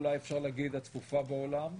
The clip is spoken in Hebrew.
אולי אפשר להגיד הצפופה בעולם,